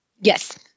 Yes